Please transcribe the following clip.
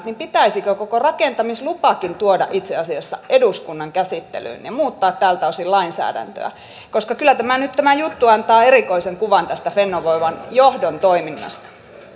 niin pitäisikö koko rakentamislupakin tuoda itse asiassa eduskunnan käsittelyyn ja muuttaa tältä osin lainsäädäntöä koska kyllä tämä juttu nyt antaa erikoisen kuvan tästä fennovoiman johdon toiminnasta